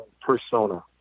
persona